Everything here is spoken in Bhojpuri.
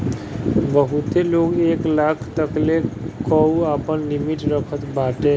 बहुते लोग एक लाख तकले कअ आपन लिमिट रखत बाटे